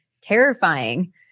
terrifying